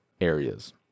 areas